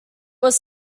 was